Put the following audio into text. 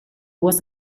was